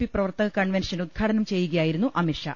P പ്രവർ ത്തക convention ഉദ്ഘാടനം ചെയ്യുകയായിരുന്നു അമിത്ഷാ